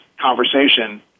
conversation